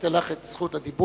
אתן לך את רשות הדיבור,